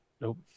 Nope